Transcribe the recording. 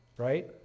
right